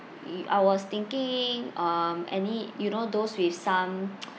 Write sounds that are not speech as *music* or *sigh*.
*noise* I was thinking um any you know those with some *noise*